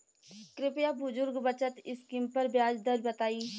कृपया बुजुर्ग बचत स्किम पर ब्याज दर बताई